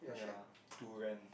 yea durian